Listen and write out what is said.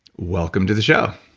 welcome to the show.